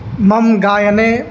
मम गायने